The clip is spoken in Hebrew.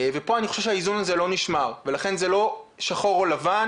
ופה אני חושב שהאיזון הזה לא נשמר ולכן זה לא שחור או לבן,